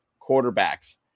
quarterbacks